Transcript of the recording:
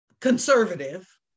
conservative